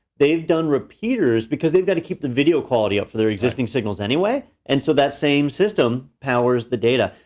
they've done repeaters, because they've gotta keep the video quality up for their existing signals anyway. and so that same system powers the data.